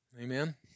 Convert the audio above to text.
Amen